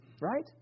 right